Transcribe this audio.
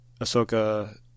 Ahsoka